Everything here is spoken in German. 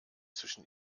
zwischen